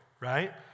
right